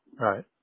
Right